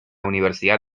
universidad